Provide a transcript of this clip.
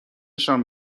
نشان